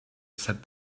said